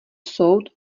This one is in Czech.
soud